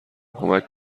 کمک